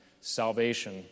salvation